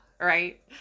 right